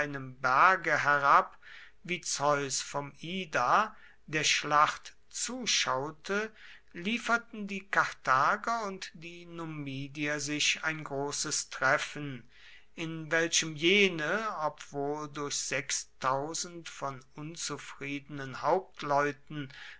berge herab wie zeus vom ida der schlacht zuschaute lieferten die karthager und die numidier sich ein großes treffen in welchem jene obwohl durch von unzufriedenen hauptleuten